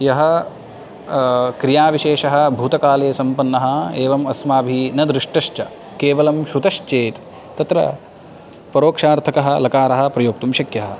यः क्रियाविशेषः भूतकाले सम्पन्नः एवं अस्माभिः न दृष्टश्च केवलं श्रुतश्चेत् तत्र परोक्षार्थकः लकारः प्रयोक्तुं शक्यः